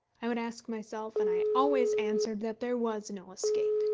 i would ask myself and i always answered that there was no escape